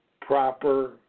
proper